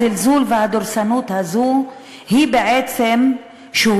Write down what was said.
הזלזול והדורסנות הזאת הם בעצם מה